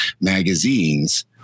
magazines